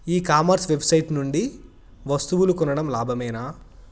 ఈ commerce website నుండి వస్తువులు కొనడం లాభమేనా?